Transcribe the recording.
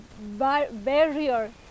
barrier